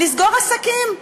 לסגור עסקים,